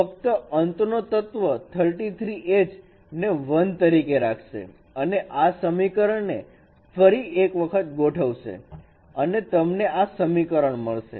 ફક્ત અંતનો તત્વ 33 h ને 1 તરીકે રાખશે અને આ સમીકરણને ફરી વખત ગોઠવશે અને તમને આ સમીકરણ મળશે